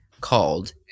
called